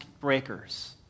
breakers